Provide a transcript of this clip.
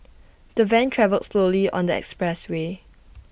the van travelled slowly on the expressway